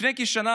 לפני כשנה,